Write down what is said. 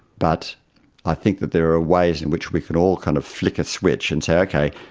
but i think that there are ways in which we can all kind of flick a switch and say, okay,